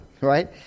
right